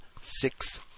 six